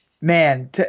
man